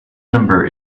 number